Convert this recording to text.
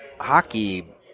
hockey